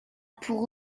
pour